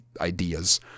ideas